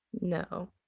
No